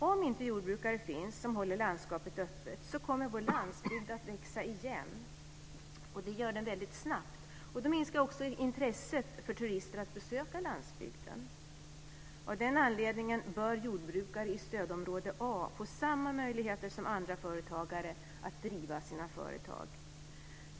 Om inte jordbrukare finns som håller landskapet öppet kommer vår landsbygd att växa igen, och det gör den väldigt snabbt. Då minskar också intresset för turister att besöka landsbygden. Av den anledningen bör jordbrukare i stödområde A få samma möjligheter som andra företagare att driva sina företag.